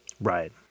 Right